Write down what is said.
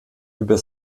über